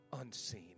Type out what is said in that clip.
unseen